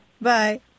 Bye